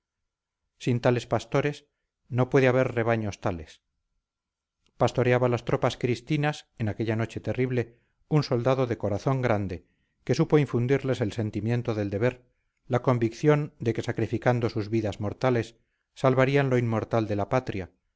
sin tales pastores no puede haber rebaños tales pastoreaba las tropas cristinas en aquella noche terrible un soldado de corazón grande que supo infundirles el sentimiento del deber la convicción de que sacrificando sus vidas mortales salvarían lo inmortal de la patria